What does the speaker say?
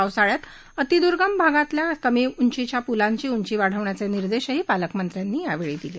पावसाळयात अतिदूर्गम भागातील कमी उंचीच्या पुलांची उंची वाढविण्याचे निर्देशही पालकमंत्र्यांनी दिले